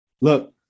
look